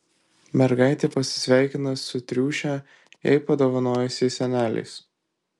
mergaitė pasisveikina su triušę jai padovanojusiais seneliais